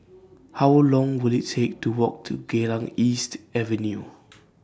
How Long Will IT Take to Walk to Geylang East Avenue